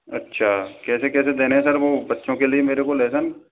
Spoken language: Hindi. अच्छा कैसे कैसे देने हैं सर वह बच्चो के लिए मेरे को लेसन